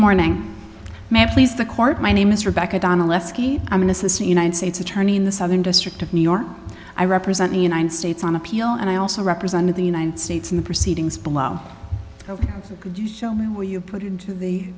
morning ma'am please the court my name is rebecca donna leskie i'm an assistant united states attorney in the southern district of new york i represent the united states on appeal and i also represented the united states in the proceedings below could you show me where you put into the